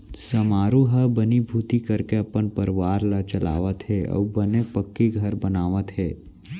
समारू ह बनीभूती करके अपन परवार ल चलावत हे अउ बने पक्की घर बनवावत हे